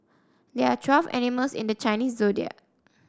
there are twelve animals in the Chinese Zodiac